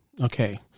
Okay